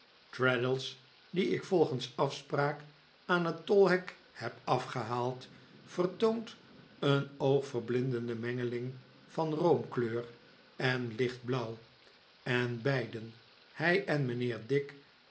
traddles dien ik volgens afspraak aan het tolhek heb afgehaald vertoont een oogverblindende mengeling van roomkleur en lichtblauw en beiden hij en mijnheer dick